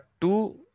two